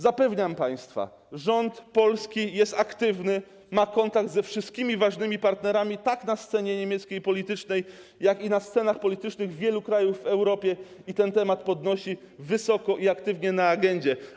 Zapewniam państwa: rząd Polski jest aktywny, ma kontakt ze wszystkimi ważnymi partnerami tak na niemieckiej scenie politycznej, jak i na scenach politycznych wielu krajów w Europie i ten temat podnosi wysoko i aktywnie w agendzie.